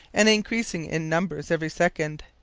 and increasing in numbers every second.